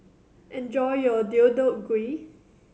enjoy your Deodeok Gui